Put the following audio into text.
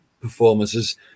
performances